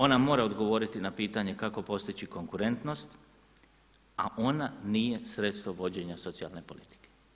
Ona mora odgovoriti na pitanje kako postići konkurentnost, a ona nije sredstvo vođenja socijalne politike.